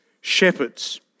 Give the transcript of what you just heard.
shepherds